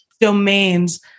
domains